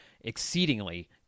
exceedingly